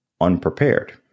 unprepared